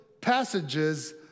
passages